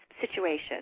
situation